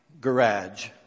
garage